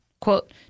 Quote